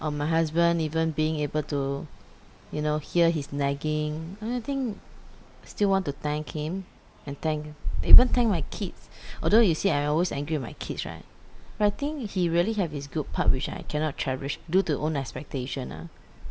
or my husband even being able to you know hear his nagging I think still want to thank him and thank even thank my kids although you see I always angry with my kids right I think he really have his good part which I cannot cherish due to own expectation ah